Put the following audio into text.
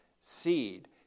seed